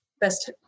best